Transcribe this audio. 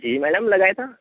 जी madam लगाया था